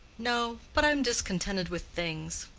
no but i am discontented with things.